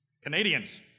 Canadians